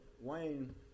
Wayne